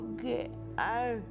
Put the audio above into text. Okay